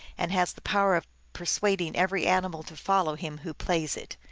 and has the power of persuading every animal to follow him who plays it.